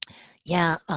yeah.